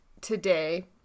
today